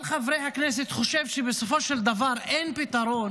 חברי הכנסת חושב שבסופו של דבר אין פתרון